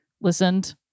listened